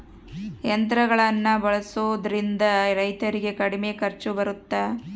ಯಂತ್ರಗಳನ್ನ ಬಳಸೊದ್ರಿಂದ ರೈತರಿಗೆ ಕಡಿಮೆ ಖರ್ಚು ಬರುತ್ತಾ?